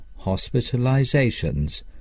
hospitalizations